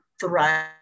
thrive